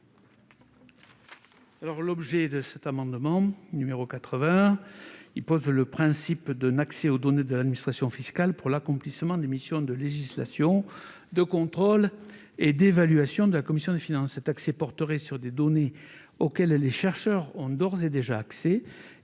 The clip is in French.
rapporteur. Cet amendement vise à poser le principe d'un accès aux données de l'administration fiscale pour l'accomplissement des missions de législation, de contrôle et d'évaluation de la commission des finances. Cet accès porterait sur des données auxquelles les chercheurs ont d'ores et déjà accès,